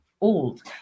old